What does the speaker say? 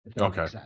okay